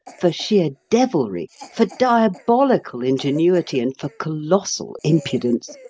for sheer devilry, for diabolical ingenuity and for colossal impudence,